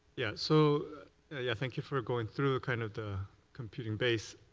yeah so yeah thank you for going through kind of the computing base. are